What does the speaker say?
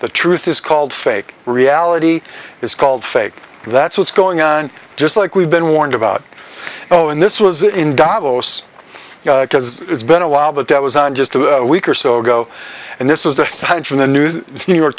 the truth is called fake reality it's called fake that's what's going on just like we've been warned about oh and this was in davos because it's been a while but that was just a week or so ago and this was a hunch in the news new york